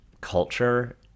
culture